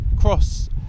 cross